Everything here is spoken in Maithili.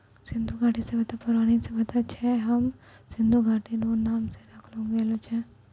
सिन्धु घाटी सभ्यता परौनो सभ्यता छै हय सिन्धु नदी रो नाम से राखलो गेलो छै